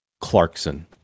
clarkson